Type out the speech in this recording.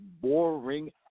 boring